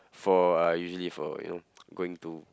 for uh usually for you know going to